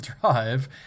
drive